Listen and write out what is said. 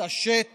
תתעשת